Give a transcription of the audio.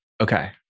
Okay